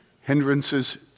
hindrances